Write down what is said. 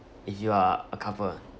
if you are a couple